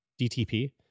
DTP